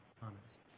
comments